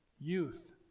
Youth